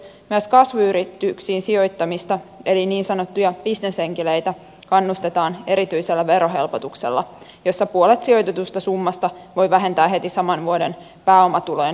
myös kasvuyrityksiin sijoittamista eli niin sanottuja bisnesenkeleitä kannustetaan erityisellä verohelpotuksella jossa puolet sijoitetusta summasta voi vähentää heti saman vuoden pääomatulojen verotuksessa